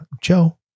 Joe